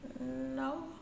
no